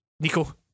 Nico